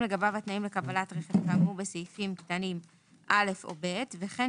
לגביו התנאים לקבלת רכב כאמור בסעיפים קטנים (א) או (ב) וכן